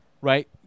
right